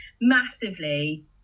massively